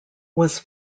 was